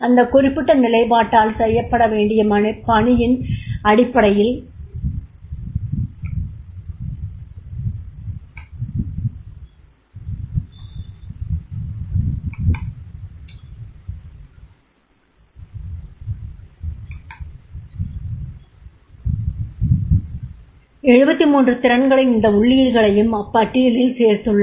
இந்த குறிப்பிட்ட நிலைப்பாட்டால் செய்யப்பட வேண்டிய பணியின் அடிப்படையில் 73 திறன்களின் இந்த உள்ளீடுகளையும் அப்பட்டியலில் சேர்த்துள்ளனர்